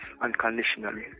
unconditionally